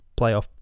playoff